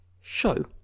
show